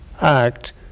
act